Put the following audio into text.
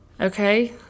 okay